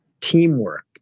teamwork